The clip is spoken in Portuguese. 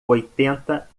oitenta